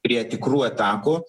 prie tikrų atakų